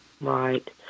Right